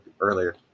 earlier